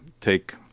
take –